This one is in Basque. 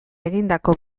egindako